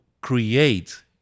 create